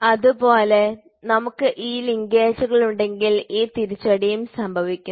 അതുപോലെ നമുക്ക് ഈ ലിങ്കേജുകൾ ഉണ്ടെങ്കിൽ ഈ തിരിച്ചടിയും സംഭവിക്കുന്നു